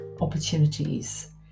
opportunities